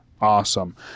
Awesome